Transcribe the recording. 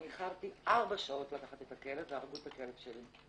אני איחרתי בארבע שעות לקחת את הכלב והרגו את הכלב שלי.